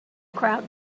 crowd